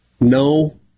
No